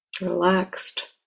Relaxed